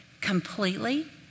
completely